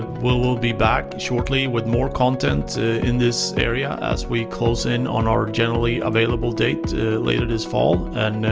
will will be back shortly with more content in this area as we close in on our generally available date later this fall. and